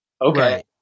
Okay